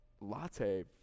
latte